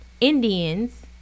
Indians